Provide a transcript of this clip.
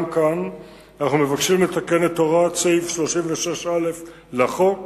גם כאן אנחנו מבקשים לתקן את הוראות סעיף 36א לחוק